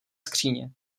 skříně